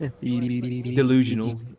Delusional